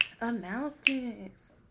Announcements